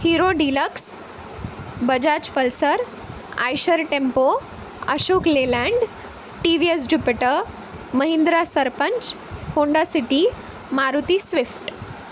hero Deluxe Bajaj Pulsar Eicher Tempo Ashok Leyland T V S Jupiter Mahindra Sarpanch Honda City Maruti Swift